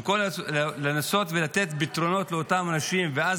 במקום לנסות ולתת פתרונות לאותם אנשים ואז